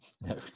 no